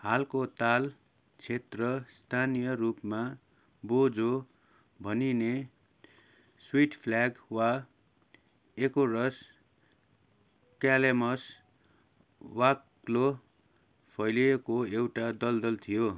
हालको ताल क्षेत्र स्तानीय रूपमा बोझो भनिने स्विट फ्ल्याग वा एकोरस क्यालेमस बाक्लो फैलिएको एउटा दलदल थियो